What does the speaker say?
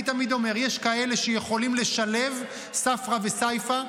אני תמיד אומר: יש כאלה שיכולים לשלב ספרא וסיפא,